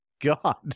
God